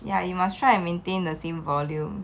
ya you must try and maintain the same volume